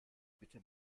bitte